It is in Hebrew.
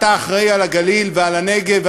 אתה אחראי לגליל ולנגב,